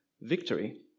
victory